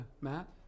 Matt